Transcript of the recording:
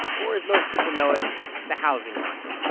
or as most people know it, just the housing market.